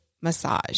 massage